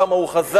כמה הוא חזק,